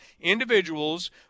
individuals